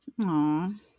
Aww